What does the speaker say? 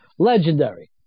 legendary